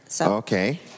Okay